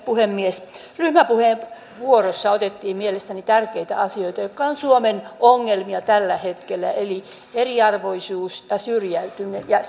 puhemies ryhmäpuheenvuorossa otettiin esille mielestäni tärkeitä asioita jotka ovat suomen ongelmia tällä hetkellä eli eriarvoisuus ja syrjäytyminen ja